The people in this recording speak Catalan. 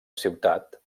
ciutat